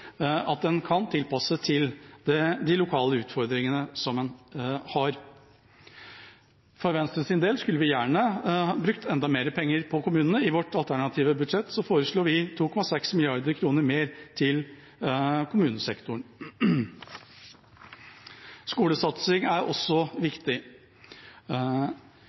at en kan tilpasse seg lokale utfordringer. For Venstres del skulle vi gjerne brukt enda mer penger på kommunene. I vårt alternative budsjett foreslo vi 2,6 mrd. kr mer til kommunesektoren. Skolesatsing er også